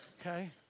Okay